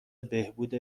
بهبود